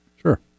Sure